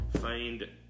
find